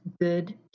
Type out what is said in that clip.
good